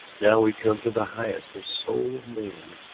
now we come to the highest, the soul of man.